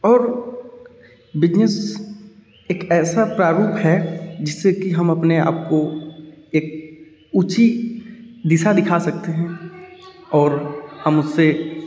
और बिजनेस एक ऐसा प्रारूप है जिससे कि हम अपने आप को एक ऊँची दिशा दिखा सकते हैं और हम उससे